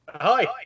hi